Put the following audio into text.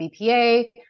BPA